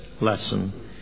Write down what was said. lesson